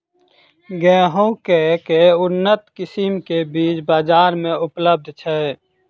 गेंहूँ केँ के उन्नत किसिम केँ बीज बजार मे उपलब्ध छैय?